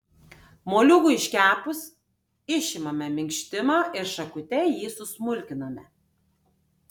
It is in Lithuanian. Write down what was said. moliūgui iškepus išimame minkštimą ir šakute jį susmulkiname